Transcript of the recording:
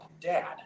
dad